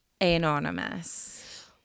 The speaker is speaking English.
anonymous